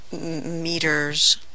meters